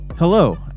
Hello